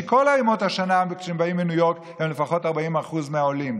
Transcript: שכל ימות השנה כשהם באים מניו יורק הם לפחות 40% מהעולים,